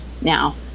now